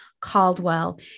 Caldwell